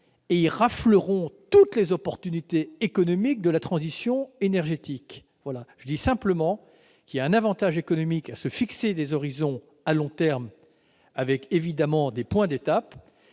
et rafleront toutes les opportunités économiques de la transition énergétique. Je dis seulement qu'il y a un avantage économique à se fixer des horizons à long terme, avec évidemment des points d'étape.